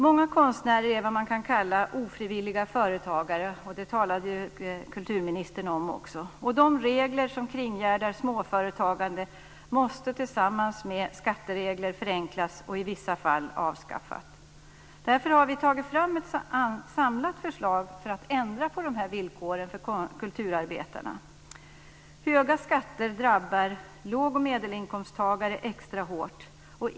Många konstnärer är vad man kan kalla ofrivilliga företagare, och det talade ju också kulturministern om. De regler som kringgärdar småföretagandet måste tillsammans med skatteregler förenklas och i vissa fall avskaffas. Därför har vi tagit fram ett samlat förslag för att ändra på dessa villkor för kulturarbetarna. Höga skatter drabbar låg och medelinkomsttagare extra hårt.